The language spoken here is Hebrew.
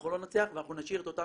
שאנחנו לא נצליח ואנחנו נשאיר את אותם